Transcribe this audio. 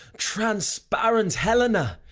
transparent helena!